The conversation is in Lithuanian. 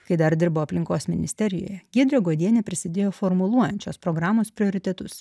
kai dar dirbo aplinkos ministerijoje giedrė godienė prisidėjo formuluojant šios programos prioritetus